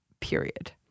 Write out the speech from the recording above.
period